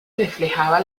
reflejaba